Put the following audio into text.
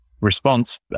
response